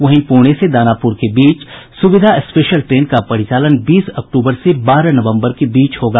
वहीं पुणे से दानापुर के बीच भी सुविधा स्पेशल ट्रेन का परिचालन बीस अक्टूबर से बारह नवम्बर के बीच होगा